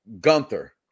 Gunther